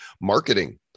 marketing